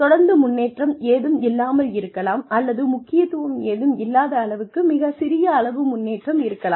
தொடர்ந்து முன்னேற்றம் ஏதும் இல்லாமல் இருக்கலாம் அல்லது முக்கியத்துவம் ஏதும் இல்லாத அளவுக்கு மிகச் சிறிய அளவு முன்னேற்றம் இருக்கலாம்